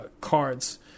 cards